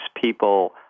people